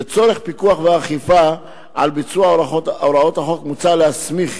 לצורך פיקוח ואכיפה על ביצוע הוראות החוק מוצע להסמיך